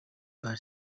but